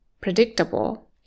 predictable